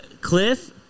Cliff